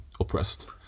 oppressed